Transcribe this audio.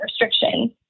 restrictions